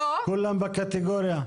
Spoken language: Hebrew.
כולם בקטגוריה?